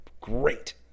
great